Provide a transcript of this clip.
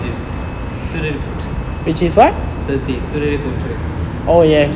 which is soorarai potru thursday soorarai potru